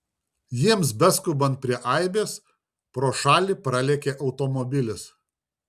jiems beskubant prie aibės pro šalį pralėkė automobilis